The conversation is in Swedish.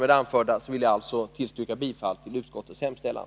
Med det anförda vill jag tillstyrka bifall till utskottets hemställan.